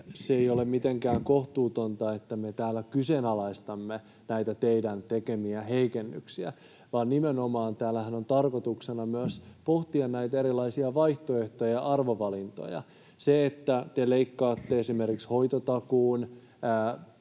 se ei ole mitenkään kohtuutonta, että me täällä kyseenalaistamme näitä teidän tekemiänne heikennyksiä, vaan täällähän nimenomaan on tarkoituksena myös pohtia näitä erilaisia vaihtoehtoja ja arvovalintoja. Te leikkaatte esimerkiksi hoitotakuun,